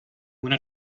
una